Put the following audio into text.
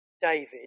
David